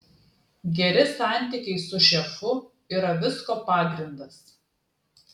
geri santykiai su šefu yra visko pagrindas